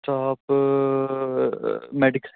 staff medical